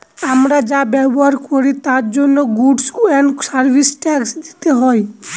আমরা যা ব্যবহার করি তার জন্য গুডস এন্ড সার্ভিস ট্যাক্স দিতে হয়